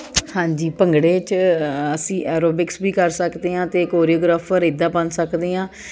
ਹਾਂਜੀ ਭੰਗੜੇ 'ਚ ਅਸੀਂ ਐਰੋਬਿਕਸ ਵੀ ਕਰ ਸਕਦੇ ਹਾਂ ਅਤੇ ਕੋਰੀਓਗ੍ਰਾਫਰ ਇੱਦਾਂ ਬਣ ਸਕਦੇ ਹਾਂ